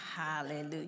Hallelujah